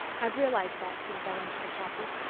i've realised that since i went into khaki.